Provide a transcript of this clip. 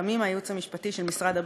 גם היא מהייעוץ המשפטי של משרד הבריאות,